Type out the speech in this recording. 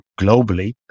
globally